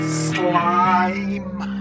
slime